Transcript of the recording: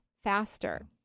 faster